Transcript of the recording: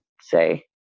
say